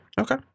Okay